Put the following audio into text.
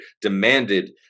demanded